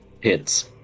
Hits